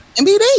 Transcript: mbd